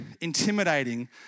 intimidating